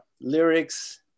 lyrics